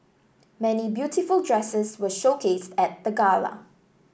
many beautiful dresses were showcased at the gala